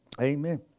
Amen